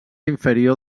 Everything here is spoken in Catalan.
inferior